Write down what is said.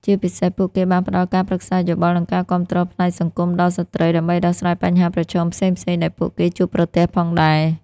ជាពិសេស ពួកគេបានផ្តល់ការប្រឹក្សាយោបល់ និងការគាំទ្រផ្នែកសង្គមដល់ស្ត្រី ដើម្បីដោះស្រាយបញ្ហាប្រឈមផ្សេងៗដែលពួកគេជួបប្រទះផងដែរ។